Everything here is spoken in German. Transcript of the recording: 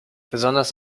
besonders